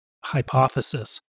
hypothesis